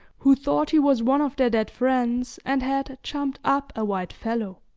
who thought he was one of their dead friends, and had jumped up a white fellow.